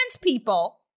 people